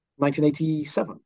1987